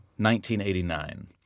1989